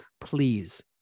please